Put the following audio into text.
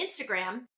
Instagram